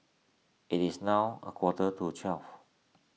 it is now a quarter to twelve